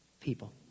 people